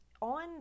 on